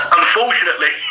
unfortunately